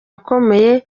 akomeye